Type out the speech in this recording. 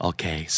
Okay